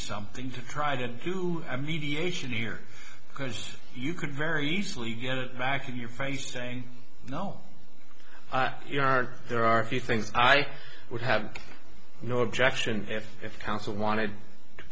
something to try to do a mediation here because you could very easily get it back in your face saying no you are there are a few things i would have no objection if if counsel wanted to